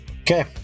Okay